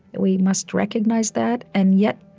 we must recognize that, and yet,